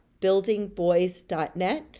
buildingboys.net